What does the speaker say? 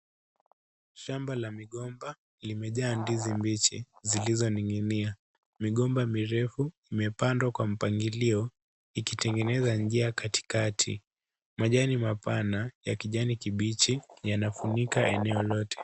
Shamba la migomba limejaa ndizi mbichi zilizoning'inia. Migomba mirefu imepandwa kwa mpangilio ikitengeneza njia katikati. Majani mapana ya kijani kibichi yanafunika eneo lote.